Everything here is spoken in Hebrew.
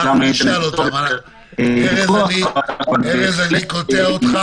המשפט --- ארז, אני קוטע אותך